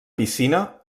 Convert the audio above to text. piscina